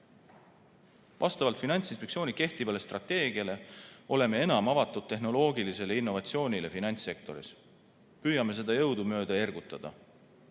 Vastavalt Finantsinspektsiooni kehtivale strateegiale oleme enam avatud tehnoloogilisele innovatsioonile finantssektoris, püüame seda jõudumööda ergutada,